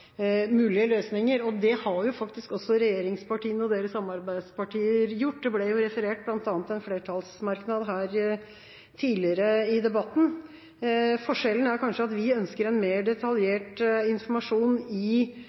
mulige løsninger. Det har faktisk også regjeringspartiene og deres samarbeidspartier gjort. Det ble referert bl.a. til en flertallsmerknad tidligere i debatten. Forskjellen er kanskje at vi ønsker mer detaljert informasjon i